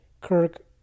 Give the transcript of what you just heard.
Kirk